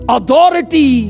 Authority